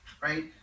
right